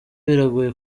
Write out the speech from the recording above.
biragoye